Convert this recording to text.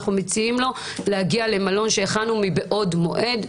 אנחנו מציעים לו להגיע למלון שהכנו מבעוד מועד.